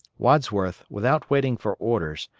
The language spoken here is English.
wadsworth, without waiting for orders,